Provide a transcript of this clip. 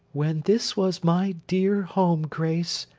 when this was my dear home, grace,